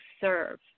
serve